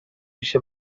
پیش